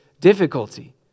difficulty